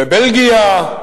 בבלגיה,